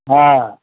हाँ